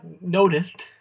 noticed